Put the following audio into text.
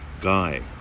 Guy